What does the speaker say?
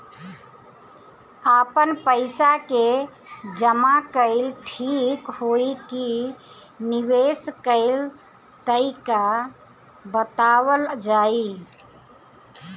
आपन पइसा के जमा कइल ठीक होई की निवेस कइल तइका बतावल जाई?